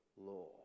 law